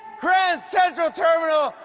grand central terminal!